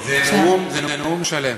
זה נאום שלם.